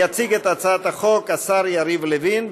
יציג את הצעת החוק השר יריב לוין,